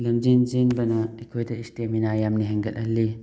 ꯂꯝꯖꯦꯟ ꯆꯦꯟꯕꯅ ꯑꯩꯈꯣꯏꯗ ꯏꯁꯇꯦꯃꯤꯅꯥ ꯌꯥꯝꯅ ꯍꯦꯟꯒꯠꯒꯜꯂꯤ